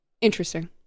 interesting